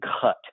cut